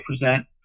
present